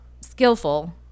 skillful